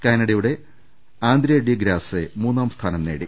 കാനഡയുടെ Andre De Grasse മൂന്നാം സ്ഥാനം നേടി